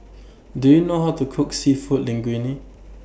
Do YOU know How to Cook Seafood Linguine